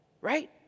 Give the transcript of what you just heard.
Right